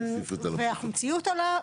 והחומציות עולה,